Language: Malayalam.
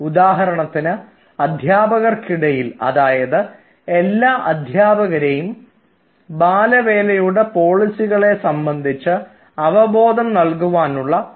ഉദാഹരണത്തിന് അധ്യാപകർക്കിടയിൽ അതായത് എല്ലാ അധ്യാപകരേയും ബാലവേലയുടെ പോളിസികളെ സംബന്ധിച്ച് അവബോധം നൽകുവാനുള്ള സർക്കുലർ